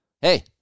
Hey